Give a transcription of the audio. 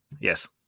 Yes